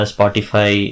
Spotify